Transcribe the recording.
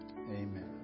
Amen